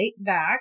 back